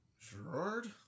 Gerard